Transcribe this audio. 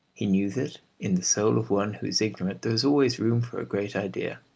he knew that in the soul of one who is ignorant there is always room for a great idea.